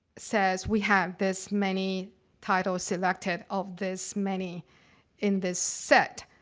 says we have this many titles selected of this many in this set.